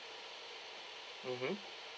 mmhmm